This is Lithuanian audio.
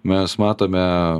mes matome